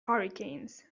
hurricanes